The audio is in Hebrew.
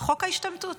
חוק ההשתמטות.